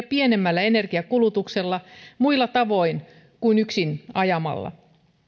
pienemmällä energiankulutuksella muilla tavoin kuin yksin ajamalla